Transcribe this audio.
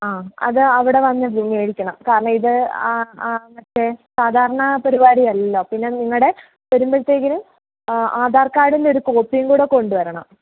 ആ അത് അവിടെ വന്ന് മേടിക്കണം കാരണം ഇത് ആ ആ മറ്റേ സാധാരണ പരിപാടി അല്ല പിന്നെ നിങ്ങളുടെ വരുമ്പോഴ്ത്തേക്കിന് ആധാർ കാർഡിൻറ്റെ ഒരു കോപ്പിയും കൂടെ കൊണ്ട് വരണം